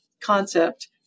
concept